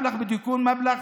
אבל הסכום הולך להיות גדול.